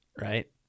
right